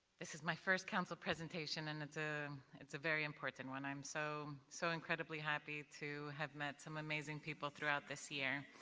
this is my first council presentation, and it's ah and it's a very important one. i'm so so incredibly happy to have met some great people throughout this year,